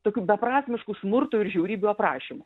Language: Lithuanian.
tokių beprasmiškų smurto ir žiaurybių aprašymų